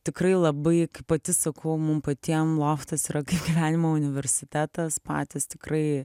tikrai labai pati sakau mum patiem loftas yra kaip gyvenimo universitetas patys tikrai